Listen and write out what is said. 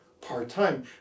part-time